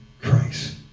Christ